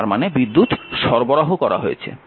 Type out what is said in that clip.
তার মানে বিদ্যুৎ সরবরাহ করা হয়েছে